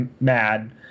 mad